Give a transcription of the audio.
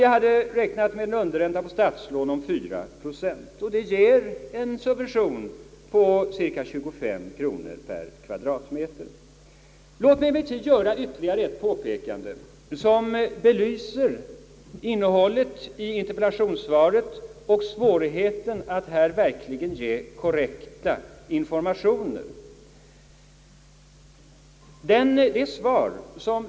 Jag kan räkna med en underränta för statslån på 4 procent, vilket ger en subvention på över 25 kronor per kvadratmeter eller ca 3 300 kronor för en 6-rumslägenhet. Låt mig emellertid göra ytterligare ett påpekande som belyser innehållet i interpellationssvaret och svårigheten att här verkligen ge korrekta informationer.